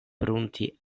prunti